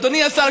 אדוני השר,